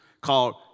called